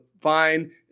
fine